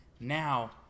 Now